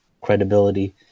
credibility